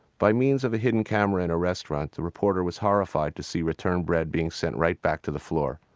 by means of a hidden camera in a restaurant, the reporter was horrified to see returned bread being sent right back out to the floor.